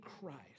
Christ